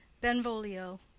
Benvolio